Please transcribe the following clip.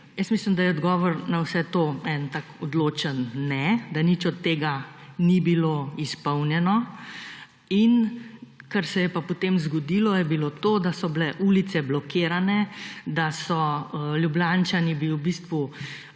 Jaz mislim, da je odgovor na vse to en tak odločen ne, da nič od tega ni bilo izpolnjeno. In kar se je pa potem zgodilo, je bilo to, da so bile ulice blokirane, da 61. TRAK: (IP)